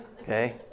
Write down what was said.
Okay